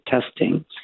testing